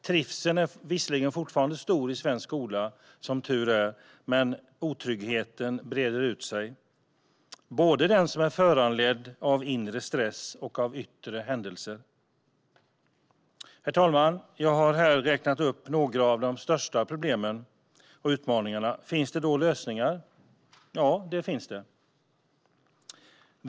Trivseln är visserligen fortfarande stor i svensk skola, som tur är, men otryggheten breder ut sig, både den som är föranledd av inre stress och den som är föranledd av yttre händelser. Herr talman! Jag har här räknat upp några av de största problemen och utmaningarna. Finns det då lösningar? Ja, det finns det.